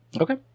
Okay